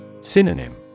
Synonym